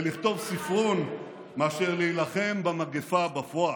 ולכתוב ספרון מאשר להילחם במגפה בפועל.